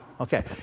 Okay